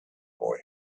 boy